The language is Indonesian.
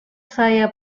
saya